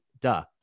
Duh